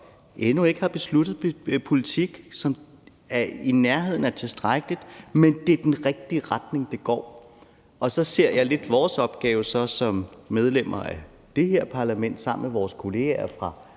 endnu ikke har besluttet en politik, som er i nærheden af tilstrækkelig, men det er den rigtige retning, det går. Og så ser jeg lidt vores opgave som medlemmer af det her parlament sammen med vores kolleger fra